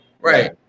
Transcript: right